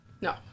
No